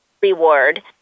reward